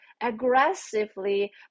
aggressively